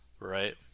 right